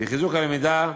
לחיזוק הלמידה,